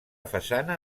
façana